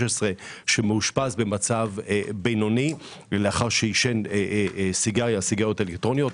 שמאושפז במצב בינוני לאחר שעישן סיגריות אלקטרוניות.